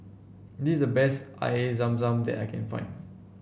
this is the best Air Zam Zam that I can find